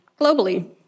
globally